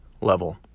level